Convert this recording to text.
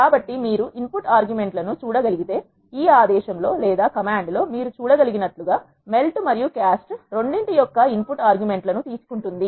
కాబట్టి మీరు input argument లను చూడగలిగితే ఈ ఆదేశం లో మీరు చూడగలిగినట్లుగా మెల్ట్ మరియు క్యాస్ట్ రెండింటి యొక్క ఇన్ పుట్ ఆర్గ్యుమెంట్స్ తీసుకుంటుంది